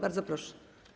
Bardzo proszę.